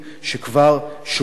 שכבר שוהים כאן.